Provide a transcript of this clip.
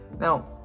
Now